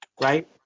right